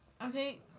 Okay